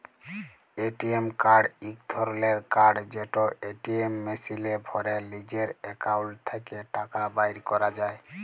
ATM card ইক ধরলের card যেট এটিএম মেশিলে ভ্যরে লিজের একাউল্ট থ্যাকে টাকা বাইর ক্যরা যায়